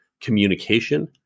communication